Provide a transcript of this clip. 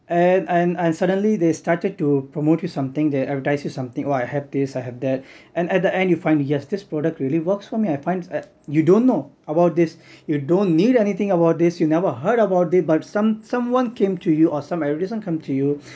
and and and suddenly they started to promote you something they advertise you something oh I have this I have that and at the end you find yes this product really works for me I find you don't know about this you don't need anything about this you never heard about it but some someone came to you or some advertisement come to you